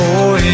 Boy